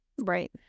Right